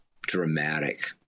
dramatic